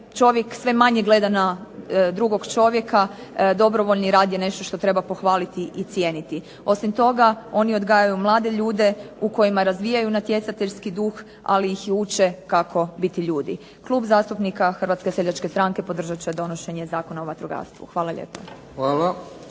čovjek sve manje gleda na drugog čovjeka dobrovoljni rad je nešto što treba pohvaliti i cijeniti. Osim toga oni odgajaju mlade ljude u kojima razvijaju natjecateljski duh, ali ih i uče kako biti ljudi. Klub zastupnika HSS-a podržati će donošenje Zakona o vatrogastvu. Hvala lijepo.